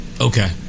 Okay